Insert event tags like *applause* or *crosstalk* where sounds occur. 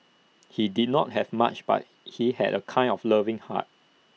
*noise* he did not have much but he had A kind of loving heart